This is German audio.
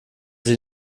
sie